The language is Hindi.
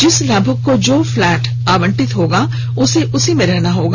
जिस लाभुक को जो फ्लैट आवंटित होगा उसे उसी में रहना होगा